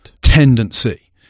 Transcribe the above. tendency